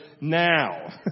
now